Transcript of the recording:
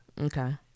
Okay